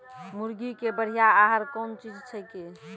मुर्गी के बढ़िया आहार कौन चीज छै के?